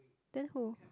then who